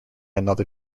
another